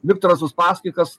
viktoras uspaskichas